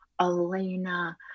Elena